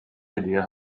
idea